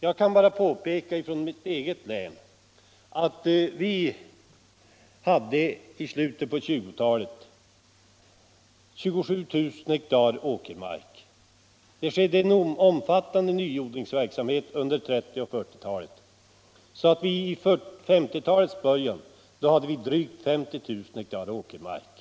Jag kan peka på att i mitt eget län hade vi i slutet av 1920-talet 57 000 hektar åkermark. Det skedde en omfattande nyodling under 1930 och 1940-talen, och vid 1950-talets början hade vi i Norrbotten 86 000 hektar åkermark.